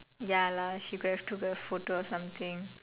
ya lah she could have took the photo or something